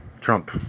Trump